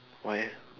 why eh